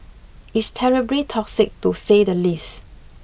it's terribly toxic to say the least